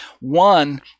One